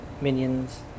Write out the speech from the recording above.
minions